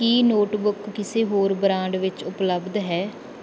ਕੀ notebook ਕਿਸੇ ਹੋਰ brand ਵਿੱਚ ਉਪਲੱਬਧ ਹੈ